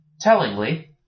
Tellingly